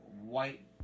white